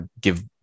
give